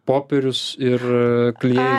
popierius ir klijai